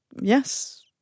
yes